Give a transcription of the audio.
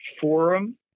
Forum